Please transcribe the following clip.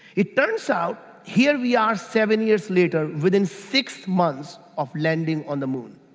it turns out, here we are seven years later within six months of landing on the moon